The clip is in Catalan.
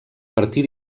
partir